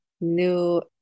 new